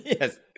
yes